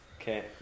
Okay